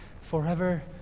forever